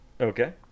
Okay